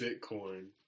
Bitcoin